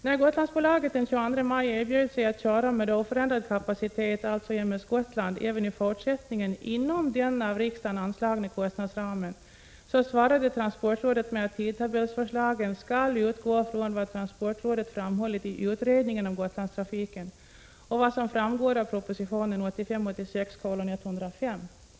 När Gotlandsbolaget den 22 maj erbjöd sig att inom den av riksdagen anslagna kostnadsramen köra med oförändrad kapacitet, alltså med M 86:105.